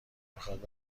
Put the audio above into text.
میخواد